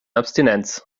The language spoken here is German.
abstinenz